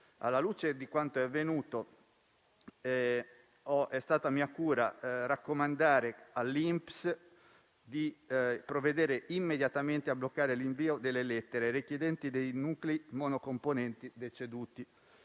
Alla luce di quanto è avvenuto, è stata mia cura raccomandare all'INPS di provvedere immediatamente a bloccare l'invio delle lettere ai richiedenti dei nuclei monocomponenti deceduti.